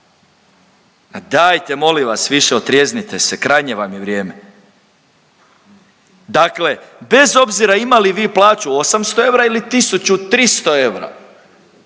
A dajte molim vas više otrijeznite se, krajnje vam je vrijeme. Dakle bez obzira imali vi plaću 800 eura ili 1.300 eura,